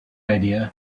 idea